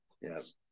yes